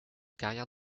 carrière